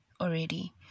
already